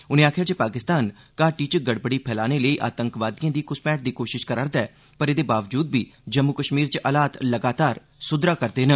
उनें आखेआ जे पाकिस्तान घाटी च गड़बड़ी फैलाने लेई आतंकवादिएं दी घुसपैठ दी कोषष करा'रदा ऐ पर एह्दे बावजूद बी जम्मू कष्मीर च हालात लगातार सुधरा करदे न